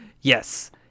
yes